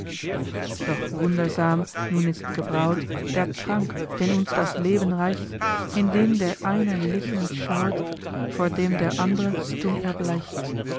doch wundersam nun ist gebrauet der trank den uns das leben reicht in den der eine lächelnd schauet vor dem der andre stumm erbleicht